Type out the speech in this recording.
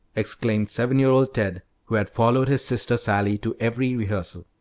exclaimed seven-year-old ted, who had followed his sister sally to every rehearsal.